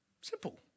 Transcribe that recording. Simple